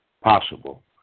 possible